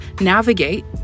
navigate